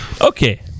Okay